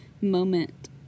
moment